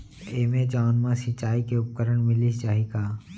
Amazon मा सिंचाई के उपकरण मिलिस जाही का?